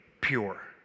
pure